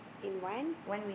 in one